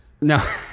No